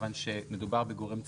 מכיוון שמדובר בגורם צבאי,